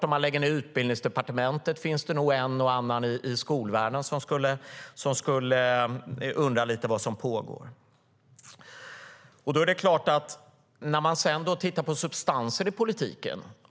Om Utbildningsdepartementet läggs ned finns det nog en och annan i skolvärlden som undrar vad som pågår. Låt oss titta på substanser i politiken.